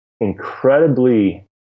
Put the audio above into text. Incredibly